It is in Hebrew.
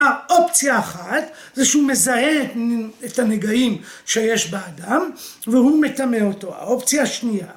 ‫אופציה אחת, זה שהוא מזהה ‫את הנגעים שיש באדם ‫והוא מטמא אותו, ‫האופציה השנייה,